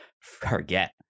forget